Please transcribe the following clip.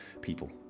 people